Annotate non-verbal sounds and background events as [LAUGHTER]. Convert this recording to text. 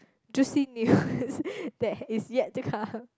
juicy news [BREATH] that is yet to come